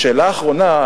שאלה אחרונה,